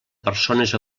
persones